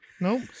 nope